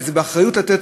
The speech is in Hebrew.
וזה האחריות לתת,